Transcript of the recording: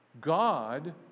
God